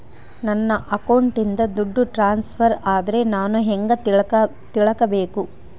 ನನ್ನ ಅಕೌಂಟಿಂದ ದುಡ್ಡು ಟ್ರಾನ್ಸ್ಫರ್ ಆದ್ರ ನಾನು ಹೆಂಗ ತಿಳಕಬೇಕು?